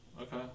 Okay